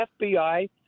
FBI